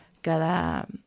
cada